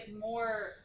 more